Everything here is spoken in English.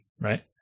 Right